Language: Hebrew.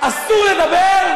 אסור לדבר?